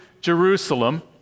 Jerusalem